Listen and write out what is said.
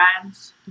friends